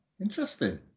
interesting